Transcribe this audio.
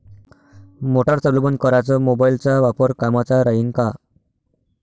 Motor चालू बंद कराच मोबाईलचा वापर कामाचा राहीन का?